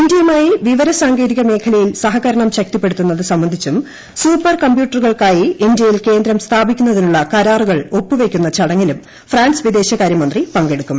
ഇന്ത്യയുമായി വിവരസാങ്കേതിക മേഖലയിൽ സഹകരണം ശക്തിപ്പെടുത്തുന്നത് സംബന്ധിച്ചും സൂപ്പർകമ്പ്യൂട്ടറുകൾക്കായി ഇന്ത്യയിൽ കേന്ദ്രം സ്ഥാപിക്കുന്നതിനുള്ള കരാറുകൾ ഒപ്പുവെയ്ക്കുന്ന ചടങ്ങിലും ഫ്രാൻസ് വിദേശകാര്യമന്ത്രി പങ്കെടുക്കും